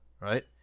right